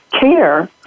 care